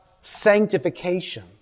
sanctification